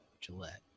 Gillette